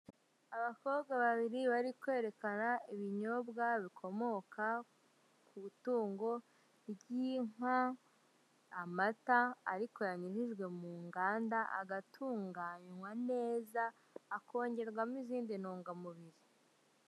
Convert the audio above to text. Abakobwa babiri bari kwerekana ibinyobwa bikomoka ku itungo ry'inka, amata ariko yanyujijwe mu nganda, agatunganywa neza akongerwamo izindi ntungamubiri.